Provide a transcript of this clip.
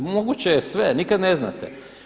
Moguće je sve, nikad ne znate.